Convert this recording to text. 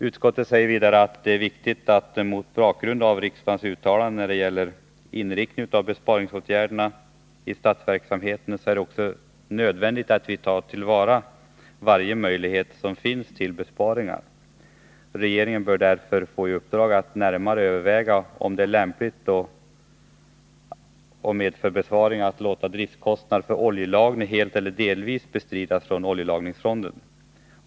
Utskottet säger vidare att mot bakgrund av riksdagens uttalande när det gäller inriktningen av besparingsåtgärderna i statsverksamheten är det också nödvändigt att vi tar till vara varje möjlighet som finns till besparingar. Regeringen bör därför få i uppdrag att närmare överväga om det är lämpligt och medför besparingar att låta driftkostnader för oljelagring bestridas från oljelagringsfonden.